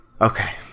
Okay